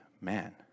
man